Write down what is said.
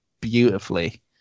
beautifully